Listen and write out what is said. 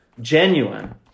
genuine